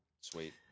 Sweet